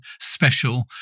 special